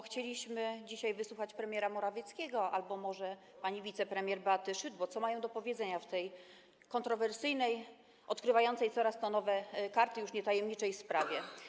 Chcieliśmy dzisiaj wysłuchać premiera Morawieckiego albo może pani wicepremier Beaty Szydło, co mają do powiedzenia w tej kontrowersyjnej, odkrywającej coraz to nowe karty, już nie tajemniczej sprawie.